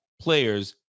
players